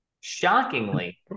Shockingly